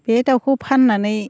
बे दाउखौ फाननानै